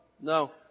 no